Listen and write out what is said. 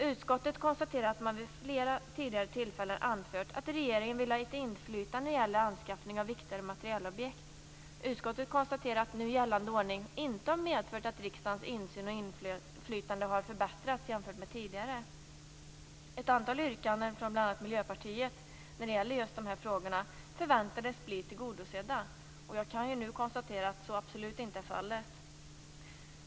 Utskottet konstaterar att man vid flera tidigare tillfällen anfört att regeringen vill ha ett inflytande när det gäller anskaffning av viktigare materielobjekt. Utskottet konstaterar att nu gällande ordning inte har medfört att riksdagens insyn och inflytande har förbättrats jämfört med tidigare. Ett antal yrkanden från bl.a. Miljöpartiet när det gäller just dessa frågor förväntades bli tillgodosedda. Jag kan nu konstatera att så absolut inte är fallet.